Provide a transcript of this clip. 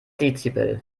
dezibel